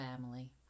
family